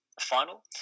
final